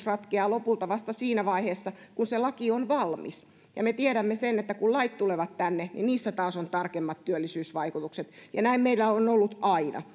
ratkeaa lopulta vasta siinä vaiheessa kun se laki on valmis ja me tiedämme sen että kun lait tulevat tänne niin niissä taas on tarkemmat työllisyysvaikutukset ja näin meillä on ollut aina